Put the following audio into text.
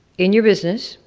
in your business,